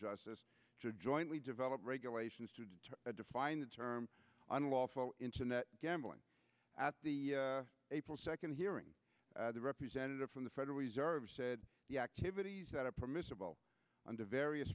justice to jointly develop regulations to define the term unlawful internet gambling at the april second hearing the representative from the federal reserve said the activities that are permissible under various